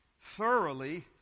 thoroughly